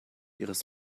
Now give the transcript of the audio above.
ihres